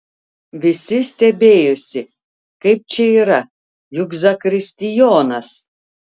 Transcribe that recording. visi stebėjosi kaip čia yra juk zakristijonas